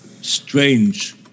strange